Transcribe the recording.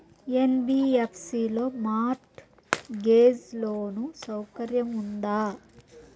NBFC లో mortgage loan సౌకర్యం ఉందా?